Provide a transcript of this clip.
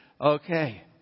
okay